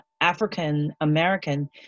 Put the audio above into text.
African-American